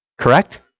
Correct